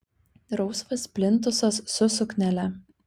rausvas plintusas su suknele